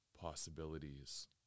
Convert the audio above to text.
possibilities